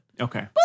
Okay